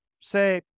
say